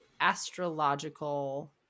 astrological